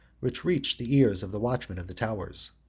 which reached the ears of the watchmen of the towers.